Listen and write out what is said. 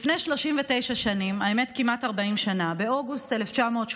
לפני 39 שנים, האמת, כמעט 40 שנה, באוגוסט 1983,